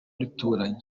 duturanye